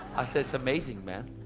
i said, it's amazing man.